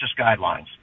guidelines